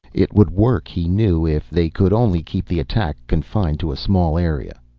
it would work, he knew, if they could only keep the attack confined to a small area.